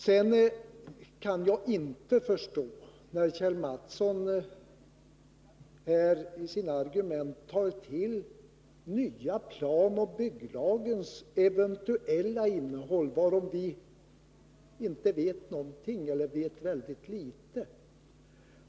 Jag kan inte förstå Kjell Mattsson, när han i sin argumentering för in den nya planoch byggnadslagens eventuella innehåll, om vilket vi vet väldigt litet — knappast någonting.